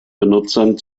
benutzern